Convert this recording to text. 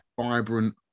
vibrant